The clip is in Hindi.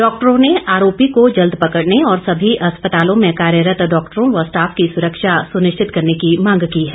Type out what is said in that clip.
डॉक्टरों ने आरोपी को जल्द पकड़ने और सभी अस्पतालों में कार्यरत डॉक्टरों व स्टाफ की सुरक्षा सुनिश्चित करने की मांग की है